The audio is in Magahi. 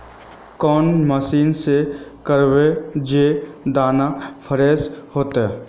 कौन मशीन से करबे जे दाना फ्रेस होते?